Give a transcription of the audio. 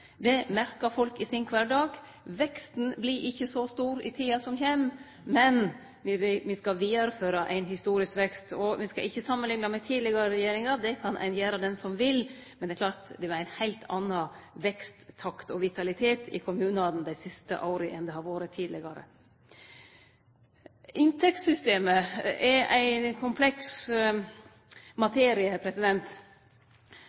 Det merkar folk i kvardagen sin. Veksten blir ikkje så stor i tida som kjem, men me skal vidareføre ein historisk vekst. Me skal ikkje samanlikne med tidlegare regjeringar – det kan ein gjere, den som vil. Men det er klart at det har vore ein heilt annan veksttakt og vitalitet i kommunane dei siste åra enn det har vore tidlegare. Inntektssystemet er ein kompleks